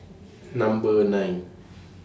Number nine